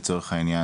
לצורך העניין,